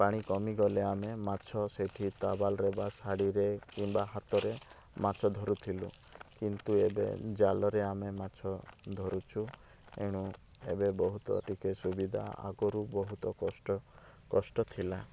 ପାଣି କମିଗଲେ ଆମେ ମାଛ ସେଇଠି ତାବାଲରେ ବା ଶାଢ଼ୀ ରେ କିମ୍ବା ହାତରେ ମାଛ ଧରୁଥିଲୁ କିନ୍ତୁ ଏବେ ଜାଲ ରେ ଆମେ ମାଛ ଧରୁଛୁ ଏଣୁ ଏବେ ବହୁତ ଟିକେ ସୁବିଧା ଆଗରୁ ବହୁତ କଷ୍ଟ କଷ୍ଟ ଥିଲା